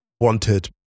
wanted